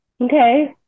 Okay